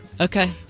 Okay